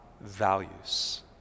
values